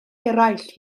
eraill